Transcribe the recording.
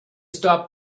stop